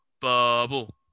Bubble